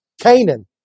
Canaan